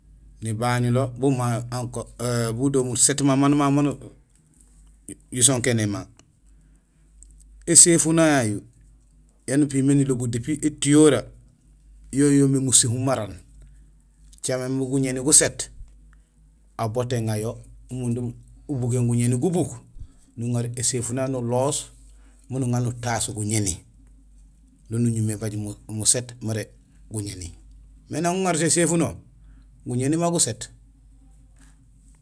Nibañulo bu ma, budo muséét mamu manu mamu jisonkénéma; éséfuno yayu yaan épimé nilobul depuis étiyoree yo yoomé muséhum mara aan; Ucaméén imbi guñéni guséét aw boot éŋa yo umundum ubugéén guñéni gubuk, nuŋaar éséfuno yayu nuŋa nuloos miin uŋa nutaas guñéni no nuñumé ébaaj muséét mara guñéni. Mais nang uŋarut éséfuno guñéni ma guséét.